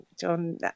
john